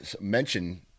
mention